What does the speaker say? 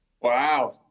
Wow